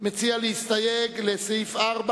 מציע להסתייג לסעיף 4,